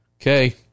Okay